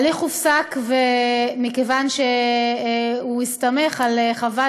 ההליך הופסק מכיוון שהוא הסתמך על חוות